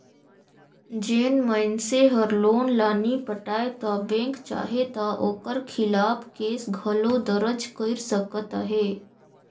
जेन मइनसे हर लोन ल नी पटाय ता बेंक चाहे ता ओकर खिलाफ केस घलो दरज कइर सकत अहे